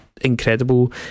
incredible